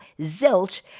Zilch